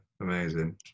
amazing